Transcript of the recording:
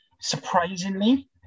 Surprisingly